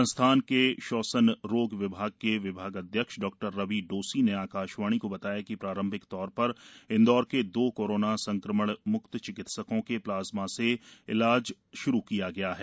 संस्थान के श्वसन रोग विभाग के विभागाध्यक्ष डॉ रवि डोसी ने आकाशवाणी को बताया कि प्रारंभिक तौर पर इंदौर के दो कोरोना संक्रमण मुक्त चिकित्सकों के प्लाज्मा से इलाज श्रु किया गया है